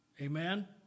Amen